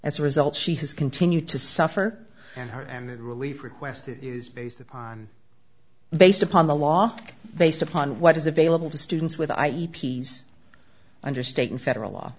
as a result she has continued to suffer and her and relief requested is based upon based upon the law based upon what is available to students with i e p's under state and federal law